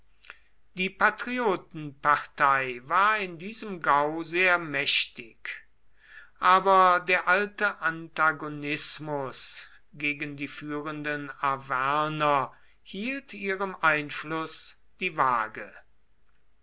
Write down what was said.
die patriotenpartei war in diesem gau sehr mächtig aber der alte antagonismus gegen die führenden arverner hielt ihrem einfluß die waage